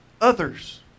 Others